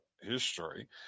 history